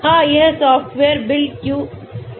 हाँ यह software BuildQSAR है